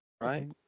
Right